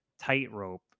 tightrope